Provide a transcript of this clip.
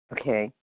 Okay